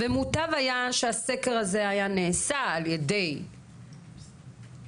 ומוטב היה שהסקר הזה היה נעשה על ידי משרד הבריאות.